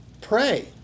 pray